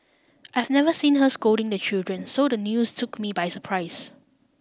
I have never seen her scolding the children so the news took me by surprise